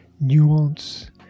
nuance